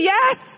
Yes